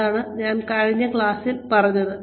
ഇതാണ് ഞാൻ കഴിഞ്ഞ ക്ലാസ്സിൽ പറഞ്ഞത്